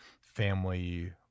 family